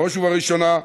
בראש וראשונה,